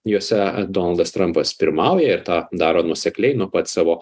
juose donaldas trumpas pirmauja ir tą daro nuosekliai nuo pat savo